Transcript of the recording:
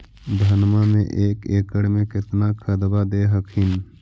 धनमा मे एक एकड़ मे कितना खदबा दे हखिन?